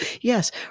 yes